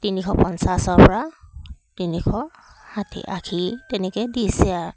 তিনিশ পঞ্চাছৰ পৰা তিনিশ ষাঠি আশী তেনেকৈয়ে দিছে আৰু